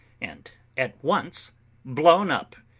and at once blown up.